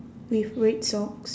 with red socks